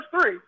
three